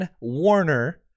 Warner